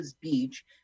beach